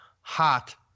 hot